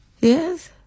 Yes